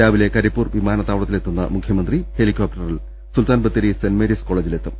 രാവിലെ കരി പ്പൂർ വിമാനത്താവളത്തിലെത്തുന്ന മുഖ്യമന്ത്രി ഹെലികോപ്റ്ററിൽ സുൽത്താൻ ബത്തേരി സെന്റ് മേരീസ് കോളജിലെത്തും